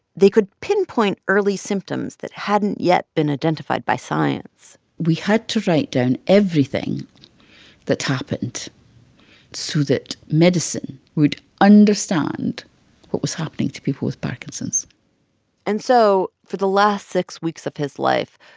they could pinpoint early symptoms that hadn't yet been identified by science we had to write down everything that happened so that medicine would understand what was happening to people with parkinson's and so for the last six weeks of his life,